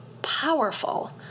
Powerful